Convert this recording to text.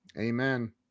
amen